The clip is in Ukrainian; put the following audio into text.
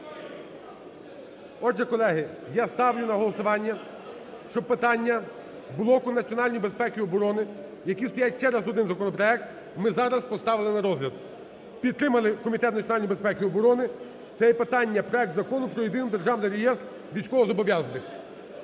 Отже, колеги, я ставлю на голосування, щоб питання блоку національної безпеки і оборони, які стоять через один законопроект, ми зараз поставили на розгляд. Підтримали Комітет національної безпеки і оборони, це є питання – проект Закону про Єдиний державний реєстр військовозобов'язаних.